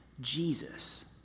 Jesus